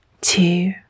Two